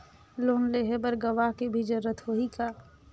Loan लेहे बर गवाह के भी जरूरत होही का?